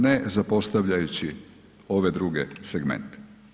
Ne zapostavljajući ove druge segmente.